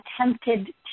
attempted